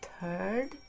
third